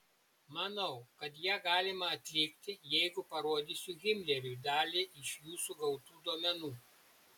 manau kad ją galima atlikti jeigu parodysiu himleriui dalį iš jūsų gautų duomenų